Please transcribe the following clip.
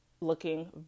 looking